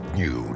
new